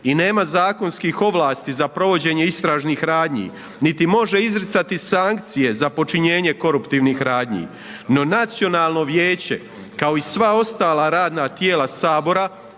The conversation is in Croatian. i nema zakonskih ovlasti za provođenje istražnih radnji niti može izricati sankcije za počinjenje koruptivnih radnji no Nacionalno vijeće kao i sva ostala radna tijela Sabora,